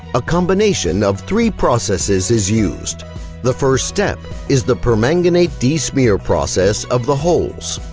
a combination of three processes is used the first step is the permanganate desmear process of the holes.